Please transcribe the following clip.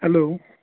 hello